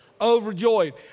overjoyed